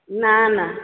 ନା ନା